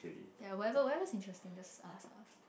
ya whatever whatever's interesting just ask lah